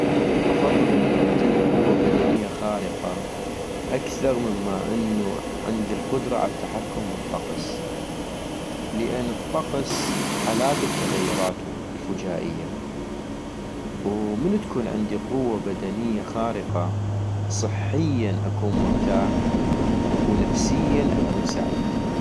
افضل انو أمتلك قوة بدنية خارقة اكثغ مما انو عندي القدرة عالتحكم بالطقس، لان الطقس حلاتو بتغيراتو الفجائية ، ومن تكون عندي قوة بدنية خارقة صحيا اكون مرتاح ونفسيا اكون سعيد